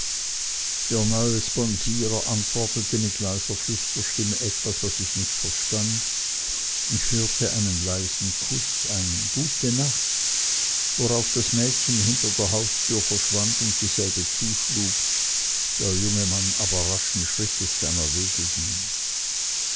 der neue sponsierer antwortete mit leiser flüsterstimme etwas was ich nicht verstand ich hörte einen leisen kuß ein gute nacht worauf das mädchen hinter der haustüre verschwand und dieselbe zuschlug der junge mann aber raschen schrittes seiner wege ging